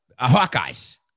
Hawkeyes